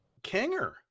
Kanger